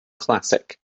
classic